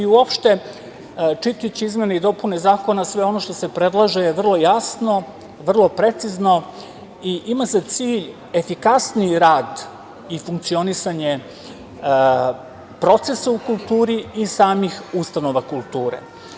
Uopšte, čitajući izmene i dopune zakona, sve ono što se predlaže je vrlo jasno, vrlo precizno i ima za cilj efikasniji rad i funkcionisanje procesa u kulturi i samih ustanova kulture.